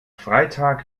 freitag